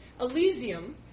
Elysium